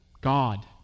God